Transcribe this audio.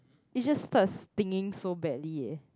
it just starts stinging so badly eh